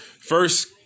First